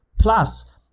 plus